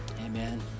amen